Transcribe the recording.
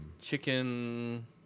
Chicken